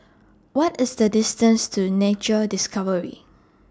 What IS The distance to Nature Discovery